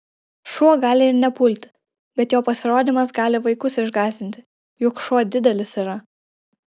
šuo gali ir nepulti bet jo pasirodymas gali vaikus išgąsdinti juk šuo didelis yra